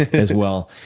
as well.